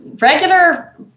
regular